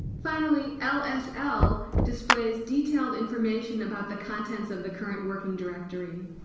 finally lsl displays detailed information about the contents of the current working directory